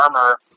armor